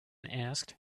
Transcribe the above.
asked